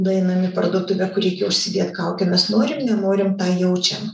nueinam į parduotuvę kur reikia užsidėt kaukę mes norim nenorim tą jaučiam